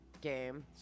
game